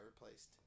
replaced